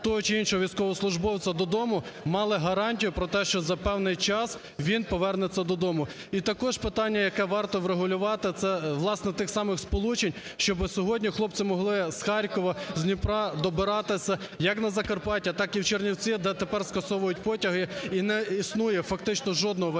того чи іншого військовослужбовця додому, мали гарантію про те, що за певний час він повернеться додому. І також питання, яке варто врегулювати – це, власне, тих самих сполучень, щоби сьогодні хлопці могли з Харкова, з Дніпра добиратися як на Закарпаття, так і в Чернівці, де тепер скасовують потяги і не існує фактично жодного варіанту